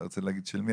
לא רוצה להגיד של מי,